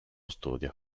studio